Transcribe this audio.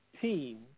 team